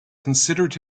considered